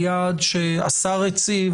היעד שהשר הציב,